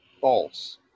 false